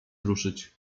ruszyć